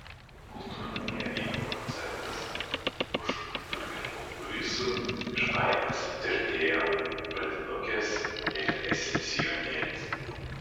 kultūrnamyje vyko koncertas už dulkinų kulisų iš baimės tirtėjo pradinukės mėlynais sijonėliais